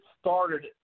started